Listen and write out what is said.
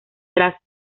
tras